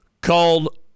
called